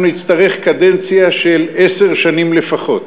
נצטרך קדנציה של עשר שנים לפחות.